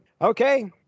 Okay